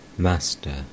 Master